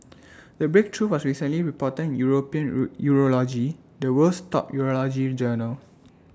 the breakthrough was recently reported in european rule urology the world's top urology in journal